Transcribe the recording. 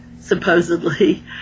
supposedly